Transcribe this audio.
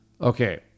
Okay